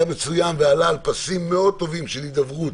היה מצוין ועלה על פסים מאוד טובים של הידברות,